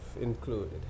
included